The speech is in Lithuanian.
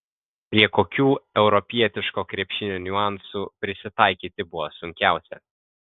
prie kokių europietiško krepšinio niuansų prisitaikyti buvo sunkiausia